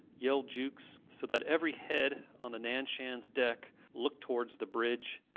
yelled jukes, so that every head on the nan-shans decks looked towards the bridge.